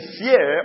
fear